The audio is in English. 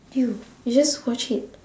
you you just watch it